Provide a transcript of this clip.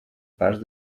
parts